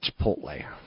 Chipotle